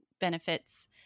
benefits